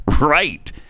Right